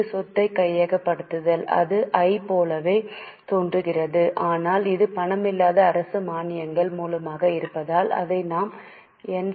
இது சொத்தை கையகப்படுத்துவதால் அது I போலவே தோன்றுகிறது ஆனால் இது பணமில்லாத அரசு மானியங்கள் மூலமாக இருப்பதால் அதை நாம் என்